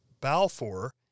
Balfour